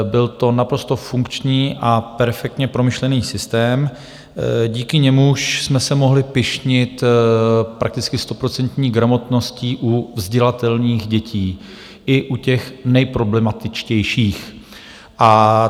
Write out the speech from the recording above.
Byl to naprosto funkční a perfektně promyšlený systém, díky němuž jsme se mohli pyšnit prakticky stoprocentní gramotností u vzdělatelných dětí, i u těch nejproblematičtějších.